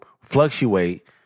fluctuate